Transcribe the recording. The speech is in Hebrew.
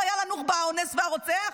או חייל הנוח'בה האונס והרוצח?